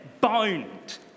bound